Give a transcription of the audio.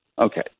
Okay